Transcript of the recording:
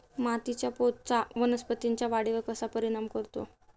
मातीच्या पोतचा वनस्पतींच्या वाढीवर कसा परिणाम करतो?